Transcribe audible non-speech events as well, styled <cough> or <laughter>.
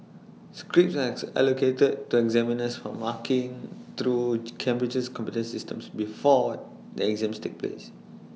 scripts as allocated to examiners for marking through <noise> Cambridge's computer systems before the exams take place